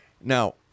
Now